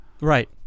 Right